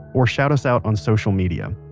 or shout us out on social media.